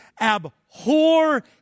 abhor